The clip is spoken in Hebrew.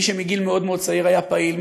מי שמגיל מאוד מאוד צעיר היה פעיל,